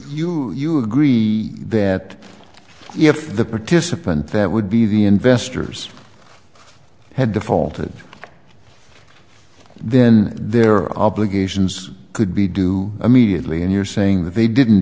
you you agree that if the participant that would be the investors had defaulted then their obligations could be do immediately and you're saying that they didn't